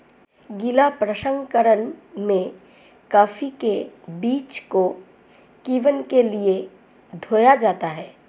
गीला प्रसंकरण में कॉफी के बीज को किण्वन के लिए धोया जाता है